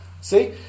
See